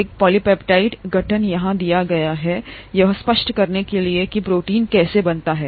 ए polypeptide गठन यहां दिया गया है कि यह स्पष्ट करने के लिए कि प्रोटीन कैसे बनता है